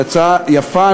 היא הצעה יפה,